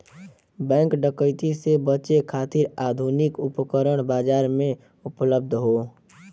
bank डकैती से बचे खातिर आधुनिक उपकरण बाजार में उपलब्ध हौ